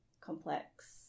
complex